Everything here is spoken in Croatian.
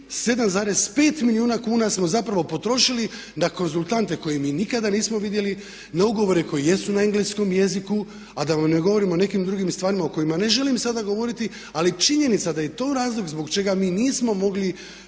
7,5 milijuna kuna smo zapravo potrošili na konzultante koje mi nikada nismo vidjeli, na ugovore koji jesu na engleskom jeziku a da vam ne govorim o nekim drugim stvarima o kojima ne želim sada govoriti ali činjenica je da je i to razlog zbog čega mi nismo mogli